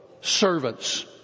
servants